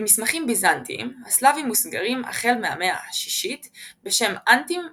במסמכים ביזנטיים הסלאבים מוזכרים החל מהמאה ה-6 בשם אנטים וסקלבים.